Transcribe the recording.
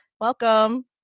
Welcome